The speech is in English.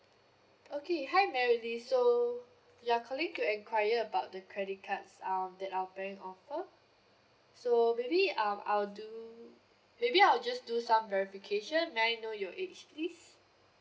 okay hi mary lee so you are calling to enquire about the credit cards um that our bank offer so maybe um I'll do maybe I'll just do some verification may I know your age please